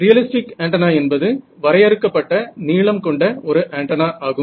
realistic antenna என்பது வரையறுக்கப்பட்ட நீளம் கொண்ட ஒரு ஆண்டெனா ஆகும்